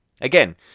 Again